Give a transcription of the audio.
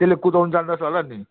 त्यसले कुदाउनु जान्दछ होला नि